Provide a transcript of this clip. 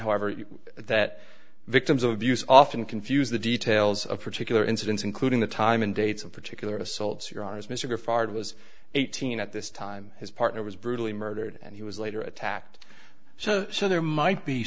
however that victims of abuse often confuse the details of particular incidents including the time and dates of particular assaults here as mr fired was eighteen at this time his partner was brutally murdered and he was later attacked so so there might be